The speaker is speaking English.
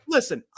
Listen